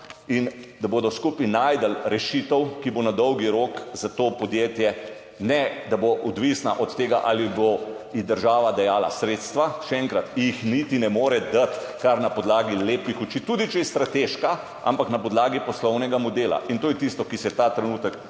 in da bodo skupaj našli rešitev, ki bo na dolgi rok za to podjetje, ne da bo odvisno od tega, ali bo država dajala sredstva, še enkrat, jih niti ne more dati kar na podlagi lepih oči, tudi če je strateška, ampak na podlagi poslovnega modela. To je tisto, kar se ta trenutek,